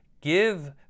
give